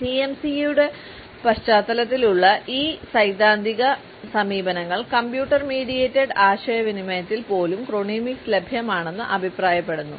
സിഎംസിയുടെ പശ്ചാത്തലത്തിലുള്ള ഈ സൈദ്ധാന്തിക സമീപനങ്ങൾ കമ്പ്യൂട്ടർ മീഡിയേറ്റഡ് ആശയവിനിമയത്തിൽ പോലും ക്രോണമിക്സ് ലഭ്യമാണെന്ന് അഭിപ്രായപ്പെടുന്നു